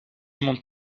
montre